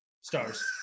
stars